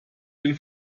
den